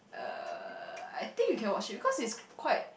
uh I think you can watch it because it's quite